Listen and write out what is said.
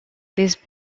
these